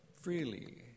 freely